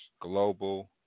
Global